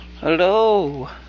Hello